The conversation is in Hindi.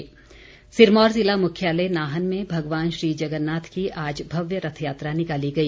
शोभा यात्रा सिरमौर जिला मुख्यालय नाहन मे भगवान श्री जगन्नाथ की आज भव्य रथयात्रा निकाली गई